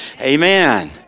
amen